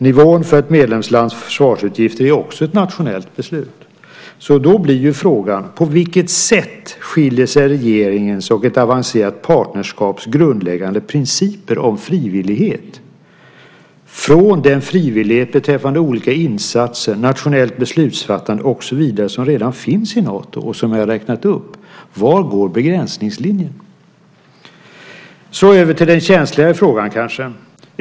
Nivån för ett medlemslands försvarsutgifter är också ett nationellt beslut. Då blir frågan: På vilket sätt skiljer sig regeringens och ett avancerat partnerskaps grundläggande principer om frivillighet från den frivillighet beträffande olika insatser, nationellt beslutsfattande och så vidare som redan finns i Nato och som jag har räknat upp? Var går begränsningslinjen? Låt mig så gå över till den kanske känsligare frågan.